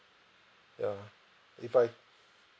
ya if I